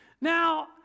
Now